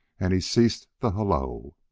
and he ceased the halloo.